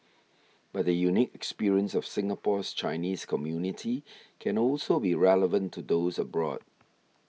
but the unique experience of Singapore's Chinese community can also be relevant to those abroad